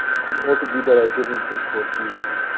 could also be that i didn't import these,